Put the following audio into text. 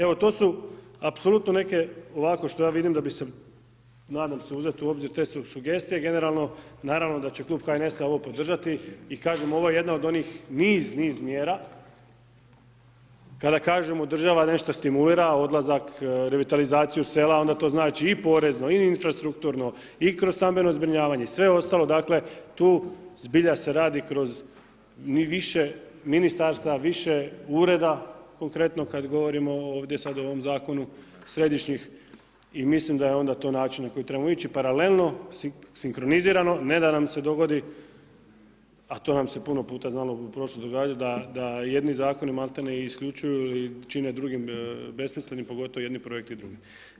Evo to su apsolutno neke ovako što ja vidim da bi se, nadam se uzet u obzir te sugestije, generalno naravno da će klub HNS-a ovo podržati i kažem ovo je jedan od niz, niz mjera kada kažemo država nešto stimulira, odlazak, revitalizaciju sela onda to znači i porezno i infrastrukturno i kroz stambeno zbrinjavanje i sve ostalo, dakle tu zbilja se radi kroz više ministarstava, više ureda konkretno kad govorimo sad o ovom zakonu središnjih i mislim da je to onda način na koji trebamo ići, paralelno, sinkronizirano, ne da nam se dogodi, a to nam se puno puta znalo događat da jedni zakoni maltene isključuju ili čine drugim besmislenim, pogotovo jedni projekti drugim.